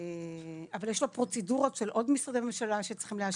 אבל יש פה פרוצדורות של עוד משרדי ממשלה שצריכים לאשר.